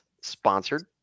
sponsored